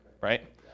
right